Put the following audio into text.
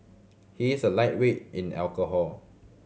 he is a lightweight in alcohol